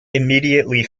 immediately